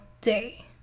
day